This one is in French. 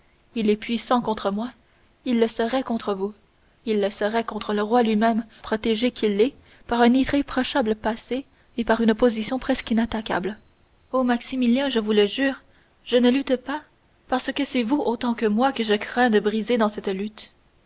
il est puissant contre moi il le serait contre vous il le serait contre le roi lui-même protégé qu'il est par un irréprochable passé et par une position presque inattaquable oh maximilien je vous le jure je ne lutte pas parce que c'est vous autant que moi que je crains de briser dans cette lutte